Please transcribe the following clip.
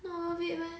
not worth it meh